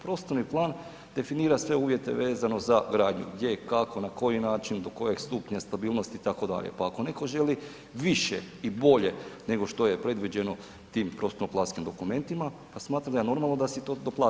Prostorni plan definira sve uvjete vezano za gradnju gdje, kako, na koji način, do kojeg stupnja stabilnosti itd., pa ako netko želi više i bolje nego što je predviđeno tim prostorno planskim dokumentima, pa smatram da je normalno da si to doplati.